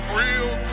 real